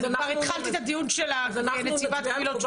אני כבר התחלתי את הדיון עם נציבת קבילות השוטרים.